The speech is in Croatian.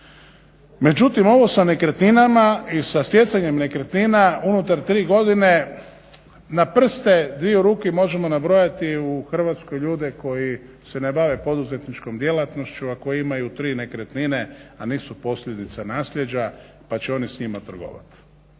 Međutim, ovo sa nekretninama i sa stjecanjem nekretnina unutar tri godine na prste dvije ruke možemo nabrojati u Hrvatskoj ljude koji se ne bave poduzetničkom djelatnošću, a koji imaju tri nekretnine, a nisu posljedica naslijeđa pa će oni s njima trgovati.